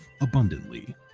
abundantly